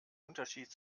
unterschied